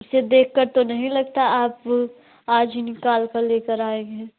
इसे देखकर तो नहीं लगता आप आज ही निकालकर लेकर आए हैं